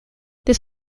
this